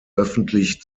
öffentlich